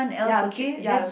ya ya